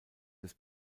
des